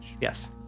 Yes